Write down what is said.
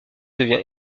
devient